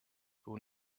will